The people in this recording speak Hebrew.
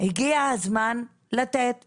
הגיע הזמן לתת פתרונות.